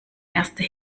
erste